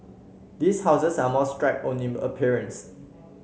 these houses are more stripped own in appearance